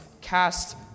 cast